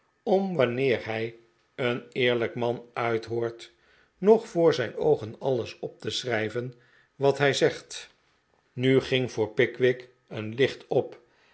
om wanneer hij een eerlijk man uithoort nog voor zijn oogen alles op te schrijven wat hij zegt nu ging voor pickwick een licht op